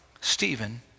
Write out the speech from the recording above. Stephen